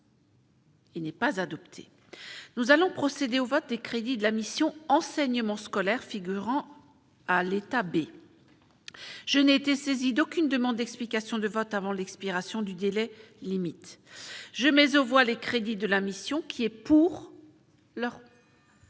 Il n'est pas adopté, nous allons procéder au vote des crédits de la mission enseignement scolaire figurant à l'état B je n'ai été saisi d'aucune demande d'explication de vote avant l'expiration du délai limite je mais on voit les crédits de la mission qui est pour l'heure.